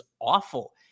awful